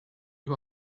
you